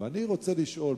אני רוצה לשאול,